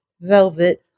velvet